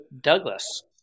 Douglas